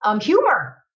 Humor